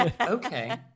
Okay